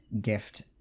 gift